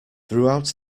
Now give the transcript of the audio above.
throughout